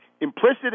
Implicit